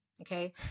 okay